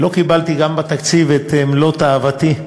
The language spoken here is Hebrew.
לא קיבלתי גם בתקציב את מלוא תאוותי,